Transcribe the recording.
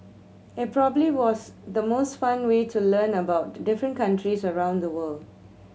it probably was the most fun way to learn about the different countries around the world